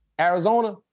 Arizona